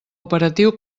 operatiu